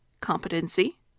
competency